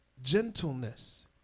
gentleness